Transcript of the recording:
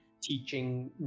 teaching